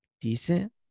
decent